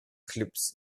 clips